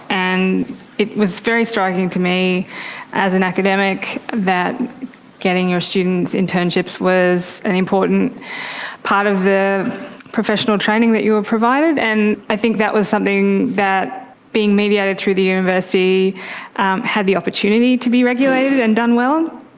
and it was very striking to me as an academic that getting your students internships was an important part of the professional training that you were provided. and i think that was something that being mediated through the university had the opportunity to be regulated and done well.